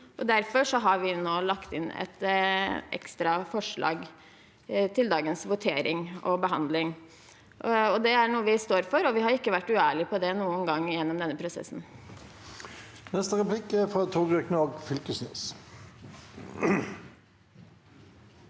Derfor har vi nå lagt inn et ekstra forslag til dagens votering og behandling. Det er noe vi står for, og vi har ikke vært uærlige på det noen gang gjennom denne prosessen. Torgeir Knag Fylkesnes